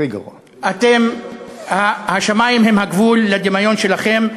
השמים הם הגבול לדמיון שלכם.